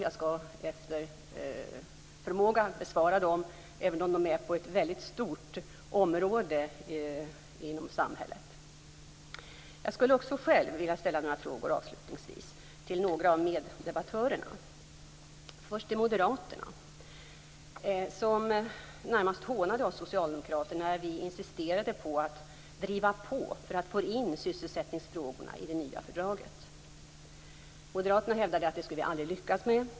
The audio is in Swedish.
Jag skall efter förmåga besvara dem, även om de omfattar ett väldigt stort område inom samhället. Avslutningsvis skulle jag också själv vilja ställa några frågor till några av meddebattörerna. Först till Moderaterna, som närmast hånade oss socialdemokrater när vi insisterade på att driva på för att få in sysselsättningsfrågorna i det nya fördraget. Moderaterna hävdade att detta skulle vi aldrig lyckas med.